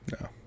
No